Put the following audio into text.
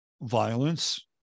Violence